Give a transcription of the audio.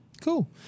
cool